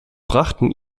brachten